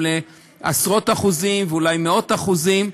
גם לעשרות אחוזים ואולי למאות אחוזים,